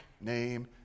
name